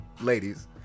Ladies